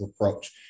approach